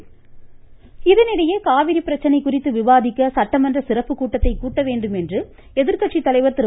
ஸ்டாலின் காவிரி பிரச்சனை குறித்து விவாதிக்க இதனிடையே சட்டமன்ற சிறப்பு கூட்டத்தை கூட்ட வேண்டும் என்று எதிர்கட்சித்தலைவர் திரு